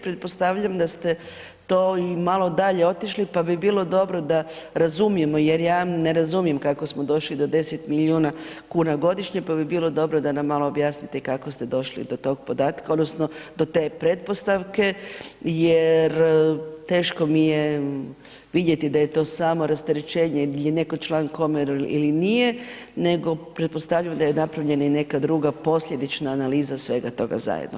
Pretpostavljam da ste to i malo dalje otišli pa bi bilo dobro da razumijemo, jer ja ne razumijem kako smo došli do 10 milijuna kuna godišnje, pa bi bilo dobro da nam malo objasnite kako ste došli do tog podatka odnosno do te pretpostavke jer teško mi je vidjeti da je to samo rasterećenje jel netko član komore ili nije, nego pretpostavljam da je napravljena i neka druga posljedična analiza svega toga zajedno.